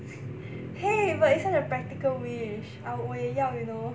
!hey! but it's such a practical wish I 我也要 you know